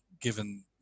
given